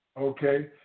okay